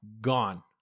gone